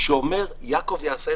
יעקב.